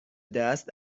دست